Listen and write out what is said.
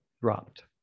dropped